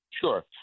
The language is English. Sure